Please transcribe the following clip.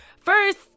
First